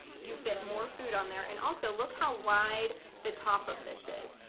you fit more food on there, and also look how wide the top of this is.